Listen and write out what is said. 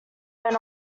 went